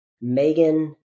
Megan